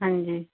ਹਾਂਜੀ